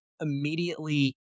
immediately